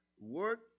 work